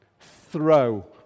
throw